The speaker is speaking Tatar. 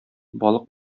балык